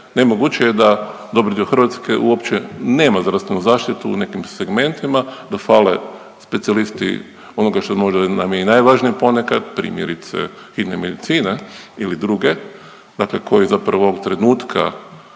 Nemoguće je da dobar dio Hrvatske uopće nema zdravstvenu zaštitu u nekim segmentima, da fale specijalisti onoga što možda nam je i najvažnije ponekad, primjerice hitne medicine ili druge, dakle koji zapravo ovog trenutka